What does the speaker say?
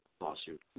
lawsuit